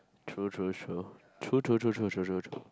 true true true true true true true true true true